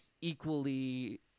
equally